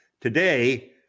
Today